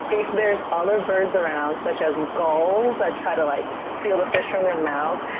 if there are other birds around, such as gulls that try to like steal the fish from their mouth,